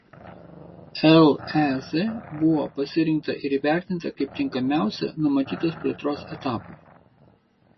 lez buvo pasirinkta ir įvertinta kaip tinkamiausia numatytos plėtros etapui